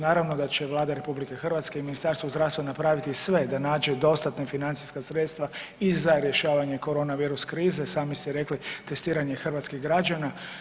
Naravno da će Vlada RH i Ministarstvo zdravstva napraviti sve da nađe dostatna financijska sredstva i za rješavanje korona virus krize, sami ste rekli testiranje hrvatskih građana.